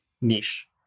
niche